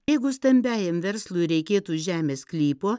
jeigu stambiajam verslui reikėtų žemės sklypo